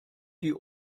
die